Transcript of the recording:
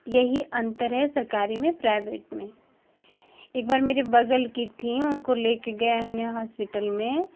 यही अंतर है सरकारी में प्राइवेट में एक बार मेरे बगल कि थीं उनको लेके गए हमने हॉस्पिटल में